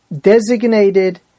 designated